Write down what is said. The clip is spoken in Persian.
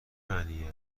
معنی